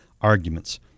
arguments